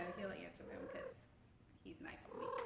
he'll answer them because he's nice to me.